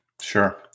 Sure